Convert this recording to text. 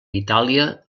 itàlia